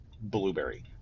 blueberry